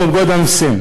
הרוסית).